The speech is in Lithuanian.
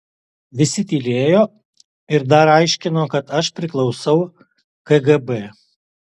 visi tylėjo ir dar aiškino kad aš priklausau kgb